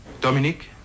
Dominique